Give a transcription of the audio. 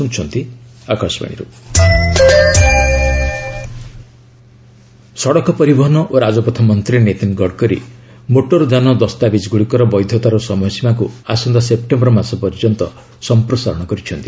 vehicle document validity ସଡ଼କ ପରିବହନ ଓ ରାଜପଥ ମନ୍ତ୍ରୀ ନୀତିନ ଗଡ଼କରୀ ମୋଟର ଯାନ ଦସ୍ତାବିଜ୍ଗୁଡ଼ିକର ବୈଧତାର ସମୟସୀମାକୁ ଆସନ୍ତା ସେପ୍ଟେମ୍ବର ମାସ ପର୍ଯ୍ୟନ୍ତ ସମ୍ପ୍ରସାରଣ କରିଛନ୍ତି